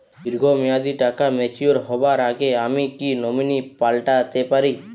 দীর্ঘ মেয়াদি টাকা ম্যাচিউর হবার আগে আমি কি নমিনি পাল্টা তে পারি?